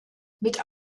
mit